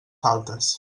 faltes